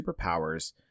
superpowers